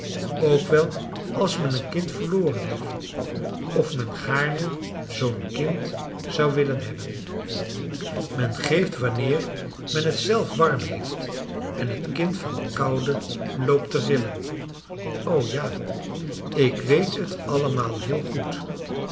ook wel als men een kind verloren heeft of men gaarne zoo'n kind zou willen hebben men geeft wanneer men het zelf warm heeft en het kind van koude loopt te rillen o ja ik weet het allemaal heel goed